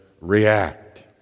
react